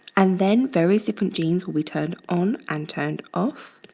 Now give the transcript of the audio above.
and then various different genes will be turned on and turned off.